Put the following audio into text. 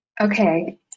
Okay